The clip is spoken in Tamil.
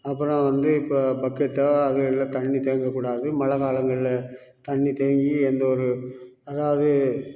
அப்புறம் வந்து இப்போ பக்கெட்டோ அதிலலாம் தண்ணி தேங்க கூடாது மழை காலங்களில் தண்ணி தேங்கி எந்த ஒரு அதாவது